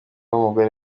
w’umugore